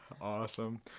Awesome